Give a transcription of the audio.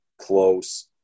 close